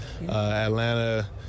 Atlanta